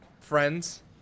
friends